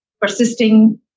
persisting